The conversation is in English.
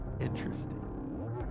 Interesting